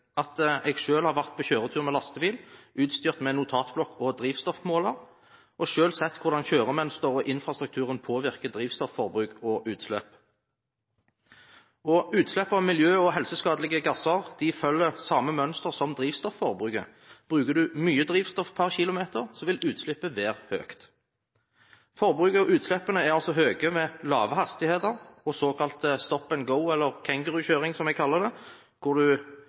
at jeg har selv vært på kjøretur med lastebil, utstyrt med notatblokk og drivstoffmåler, og har sett hvordan kjøremønster og infrastruktur påvirker drivstofforbruk og utslipp. Og utslipp av miljø- og helseskadelige gasser følger samme mønster som drivstofforbruket. Bruker du mye drivstoff per kilometer, vil utslippet være høyt. Forbruket – og utslippene – er altså høyt ved lave hastigheter og såkalte «stop-and-go», eller kengurukjøring, som jeg kaller det. Du står i kø, du